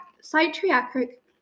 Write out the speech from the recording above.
psychiatric